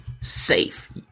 Safe